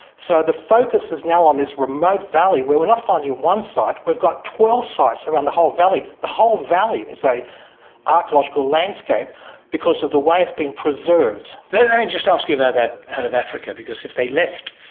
so the focus is now on this remote valley, where we're not finding one site, we've got twelve sites around the whole valley. the whole valley is an archaeological landscape because of the way it's been preserved. let me just ask you about that out of africa, because if they left,